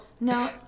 no